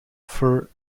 for